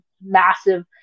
massive